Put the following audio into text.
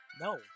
No